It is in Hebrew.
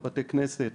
לבתי כנסת,